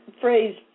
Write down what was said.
phrase